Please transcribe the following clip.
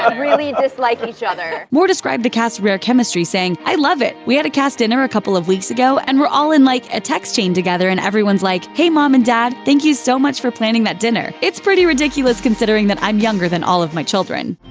um really dislike each other moore described the cast's rare chemistry, saying, i love it! we had a cast dinner a couple of weeks ago, and we're all in like a text chain together and everyone's like, hey mom and dad, thank you so much for planning that dinner it's pretty ridiculous considering that i'm younger than all of my children.